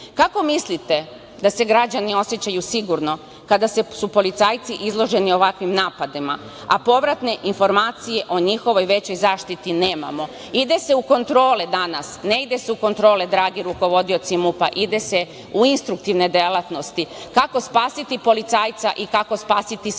mislite da se građani osećaju sigurno, kada su policajci izloženi ovakvim napadima, a povratne informacije o njihovoj većoj zaštiti nemamo? Ide se u kontrole danas, ne ide se u kontrole, dragi rukovodioci MUP-a, ide se u instruktivne delatnosti, kako spasiti policajca i kako spasiti svaki